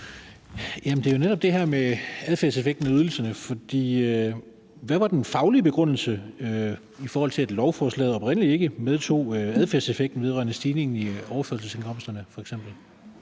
det er jo netop det her med adfærdseffekten af ydelserne. For hvad var den faglige begrundelse, i forhold til at lovforslaget oprindelig ikke medtog adfærdseffekten vedrørende stigningen i overførselsindkomsterne